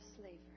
slavery